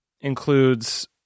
includes